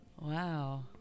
wow